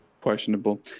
questionable